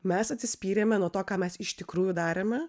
mes atsispyrėme nuo to ką mes iš tikrųjų darėme